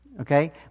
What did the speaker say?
Okay